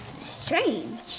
strange